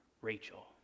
Rachel